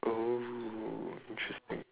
oh interesting